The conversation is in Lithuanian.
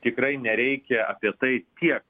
tikrai nereikia apie tai tiek